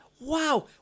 Wow